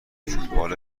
فوتبال